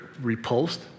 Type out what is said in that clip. repulsed